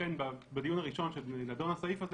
אכן בדיון הראשון כשנדון הסעיף הזה